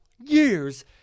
years